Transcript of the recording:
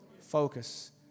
Focus